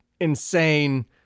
insane